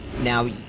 Now